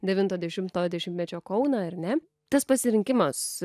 devinto dešimto dešimtmečio kauną ar ne tas pasirinkimas